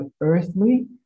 earthly